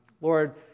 Lord